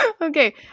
Okay